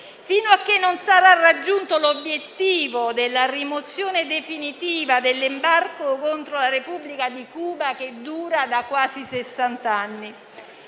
fino a che non sarà raggiunto l'obiettivo della rimozione definitiva dell'embargo contro la Repubblica di Cuba che dura da quasi sessant'anni.